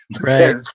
right